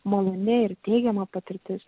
maloni ir teigiama patirtis